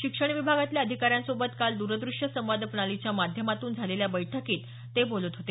शिक्षण विभागातल्या अधिकाऱ्यांसोबत काल द्रदृश्य संवाद प्रणालीच्या माध्यमातून झालेल्या बैठकीत ते बोलत होते